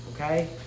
Okay